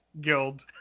Guild